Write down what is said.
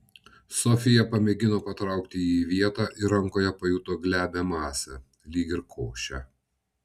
sofija pamėgino patraukti jį į vietą ir rankoje pajuto glebią masę lyg ir košę